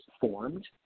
formed